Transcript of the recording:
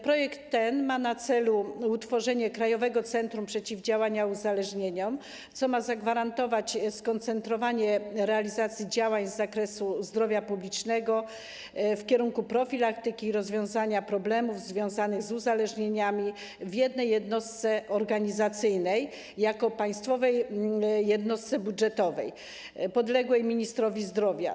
Projekt ten ma na celu utworzenie Krajowego Centrum Przeciwdziałania Uzależnieniom, co ma zagwarantować skoncentrowanie realizacji działań z zakresu zdrowia publicznego w kierunku profilaktyki i rozwiązywania problemów związanych z uzależnieniami w jednej jednostce organizacyjnej jako państwowej jednostce budżetowej podległej ministrowi zdrowia.